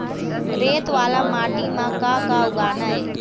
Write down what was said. रेत वाला माटी म का का उगाना ये?